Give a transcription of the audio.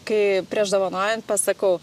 kai prieš dovanojant pasakau